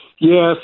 Yes